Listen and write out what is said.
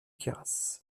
queyras